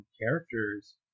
characters